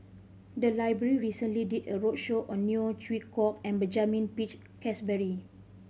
the library recently did a roadshow on Neo Chwee Kok and Benjamin Peach Keasberry